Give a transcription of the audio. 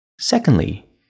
Secondly